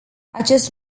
acest